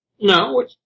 No